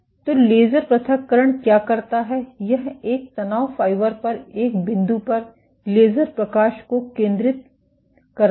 तो लेजर पृथक्करण क्या करता है यह एक तनाव फाइबर पर एक बिंदु पर लेजर प्रकाश को केंद्रित करता है